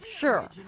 sure